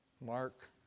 Mark